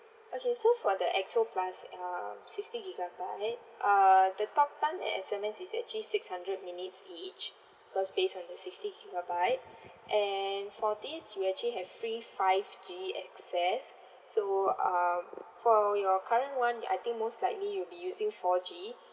okay so for the X_O plus uh sixty gigabyte uh the talk time and S_M_S is actually six hundred minutes each because based on your sixty gigabyte and for this we actually have free five G access so um for your current one I think most likely you'll be using four G